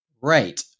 right